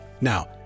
Now